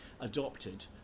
adopted